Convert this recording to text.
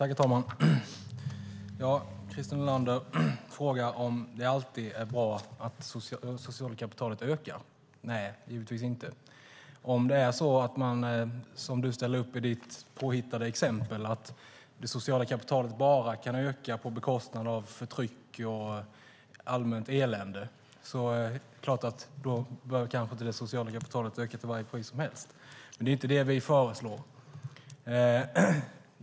Herr talman! Christer Nylander frågar om det alltid är bra att det sociala kapitalet ökar. Nej, givetvis inte om det är som i ditt påhittade exempel att det sociala kapitalet bara kan öka genom förtryck och allmänt elände. Det sociala kapitalet bör inte öka till vilket pris som helst. Det är dock inte det vi föreslår.